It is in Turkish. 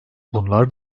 bunlar